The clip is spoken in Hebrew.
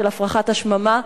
של הפרחת השממה,